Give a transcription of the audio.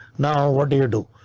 now what do you do?